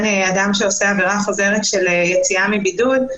אדם שעושה עברה חוזרת של יציאה מבידוד,